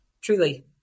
Truly